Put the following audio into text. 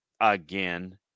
again